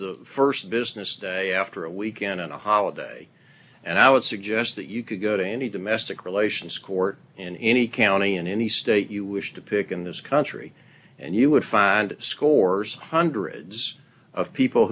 the st business day after a weekend and holiday and i would suggest that you could go to any domestic relations court in any county in any state you wish to pick in this country and you would find scores hundreds of people